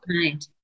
Right